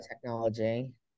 technology